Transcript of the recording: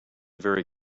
very